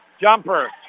jumper